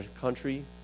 country